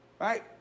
right